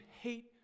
hate